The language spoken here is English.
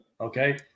Okay